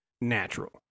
natural